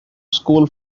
school